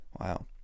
Wow